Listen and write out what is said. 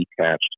detached